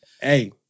hey